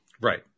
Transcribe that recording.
Right